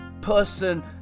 person